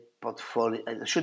portfolio